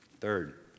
Third